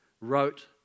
wrote